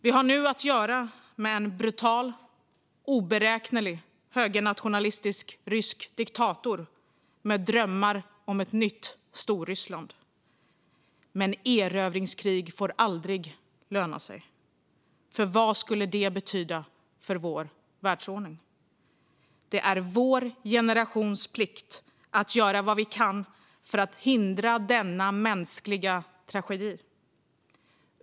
Vi har nu att göra med en brutal och oberäknelig högernationalistisk rysk diktator med drömmar om ett nytt Storryssland. Men erövringskrig får aldrig löna sig, för vad skulle det betyda för vår världsordning? Det är vår generations plikt att göra vad vi kan för att hindra denna mänskliga tragedi.